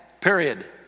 Period